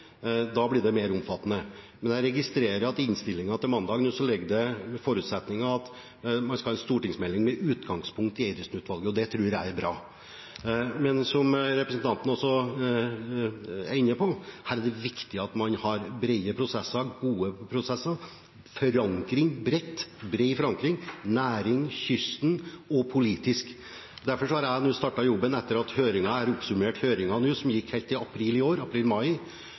blir det mer omfattende. Jeg registrerer at det i innstillingen til saken som skal behandles på mandag, ligger forutsetninger om at man skal ha en stortingsmelding med utgangspunkt i Eidesen-utvalget, og det tror jeg er bra. Men som representanten også er inne på: Her er det viktig at man har brede og gode prosesser, med bred forankring – i næring, langs kysten og politisk. Derfor har jeg nå – etter at jeg har oppsummert høringen, som varte helt til april/mai i år